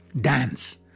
Dance